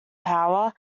power